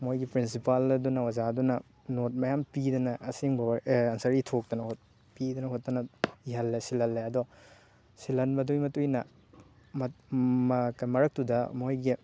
ꯃꯣꯏꯒꯤ ꯄ꯭ꯔꯤꯟꯁꯤꯄꯥꯜ ꯑꯗꯨꯅ ꯑꯣꯖꯥꯗꯨꯅ ꯅꯣꯠ ꯃꯌꯥꯝ ꯄꯤꯗꯅ ꯑꯁꯦꯡꯕ ꯑꯟꯁꯥꯔ ꯏꯊꯣꯛꯇꯅ ꯄꯤꯗꯅ ꯈꯣꯠꯇꯅ ꯏꯍꯜꯂꯦ ꯁꯤꯜꯍꯜꯂꯦ ꯑꯗꯣ ꯁꯤꯜꯍꯟꯕꯗꯨꯏ ꯃꯇꯨꯡ ꯏꯟꯅ ꯃꯔꯛꯇꯨꯗ ꯃꯣꯏꯒꯤ